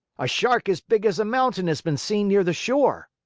a shark as big as a mountain has been seen near the shore.